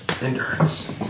Endurance